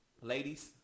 ladies